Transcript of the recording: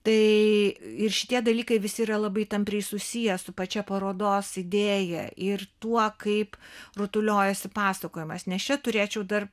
tai ir šitie dalykai visi yra labai tampriai susiję su pačia parodos idėja ir tuo kaip rutuliojasi pasakojimas nes čia turėčiau dar